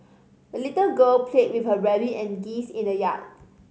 the little girl played with her rabbit and geese in the yard